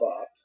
up